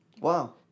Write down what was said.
Wow